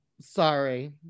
sorry